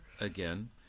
again